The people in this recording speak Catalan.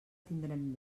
tindrem